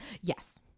Yes